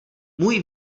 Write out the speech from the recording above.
můj